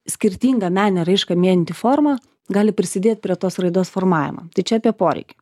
skirtingą meninę raišką vienijanti forma gali prisidėt prie tos raidos formavimo tai čia apie poreikį